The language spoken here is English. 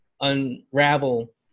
unravel